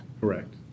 Correct